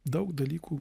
daug dalykų